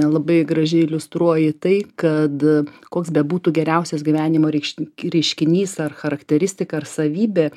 labai gražiai iliustruoji tai kad koks bebūtų geriausias gyvenimo reikš reiškinys ar charakteristika ar savybė